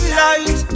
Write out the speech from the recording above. light